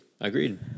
Agreed